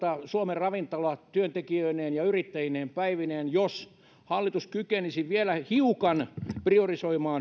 suomen ravintolat työntekijöineen ja yrittäjineen päivineen jos hallitus kykenisi vielä hiukan priorisoimaan